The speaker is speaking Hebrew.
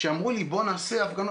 כשאמרו לי 'בוא נעשה הפגנות',